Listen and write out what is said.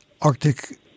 Arctic